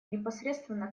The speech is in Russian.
непосредственно